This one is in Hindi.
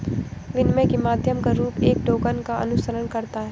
विनिमय के माध्यम का रूप एक टोकन का अनुसरण करता है